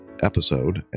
episode